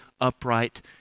upright